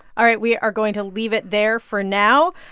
all right, we are going to leave it there for now.